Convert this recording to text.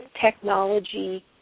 Technology